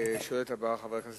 האם היא קובעת מה קורה אז,